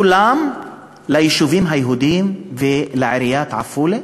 כולם ליישובים היהודיים ולעיריית עפולה,